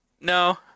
no